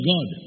God